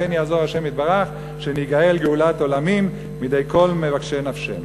כן יעזור השם יתברך שניגאל גאולת עולמים מידי כל מבקשי נפשנו.